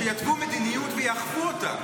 שיתוו מדיניות ויאכפו אותה?